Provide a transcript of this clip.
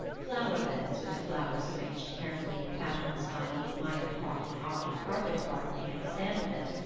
flower beds with the flowers arranged carefully in patterns by the admired cockney art of carpet gardening and a sandpit,